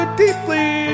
deeply